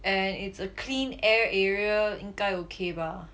and it's a clean air area 因该 okay bah